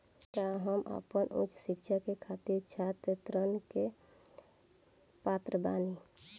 का हम आपन उच्च शिक्षा के खातिर छात्र ऋण के पात्र बानी?